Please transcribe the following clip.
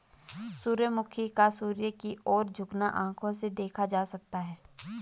सूर्यमुखी का सूर्य की ओर झुकना आंखों से देखा जा सकता है